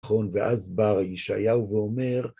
נכון, ואז בא ישעיהו ואומר